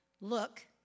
look